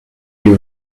you